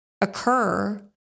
occur